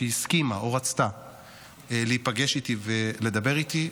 שהסכימה או רצתה להיפגש איתי ולדבר איתי,